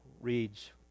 reads